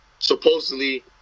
Supposedly